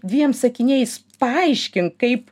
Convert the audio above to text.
dviem sakiniais paaiškink kaip